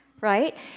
right